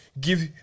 give